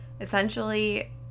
Essentially